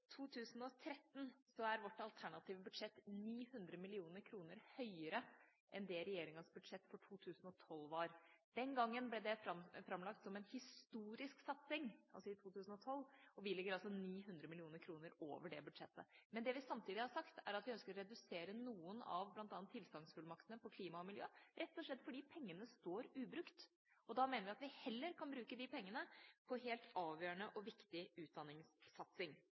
2012 – ble det framlagt som en historisk satsing, og vi ligger altså 900 mill. kr over det budsjettet. Men det vi samtidig har sagt, er at vi bl.a. ønsker å redusere noen av tilsagnsfullmaktene på klima og miljø, rett og slett fordi pengene står ubrukt. Da mener vi at vi heller kan bruke de pengene på helt avgjørende og viktig utdanningssatsing.